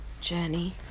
journey